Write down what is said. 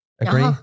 Agree